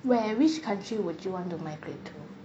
where which country would you want to migrate to